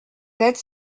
être